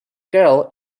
girl